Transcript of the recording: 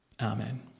amen